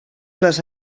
les